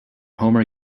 homer